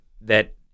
that-